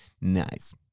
nice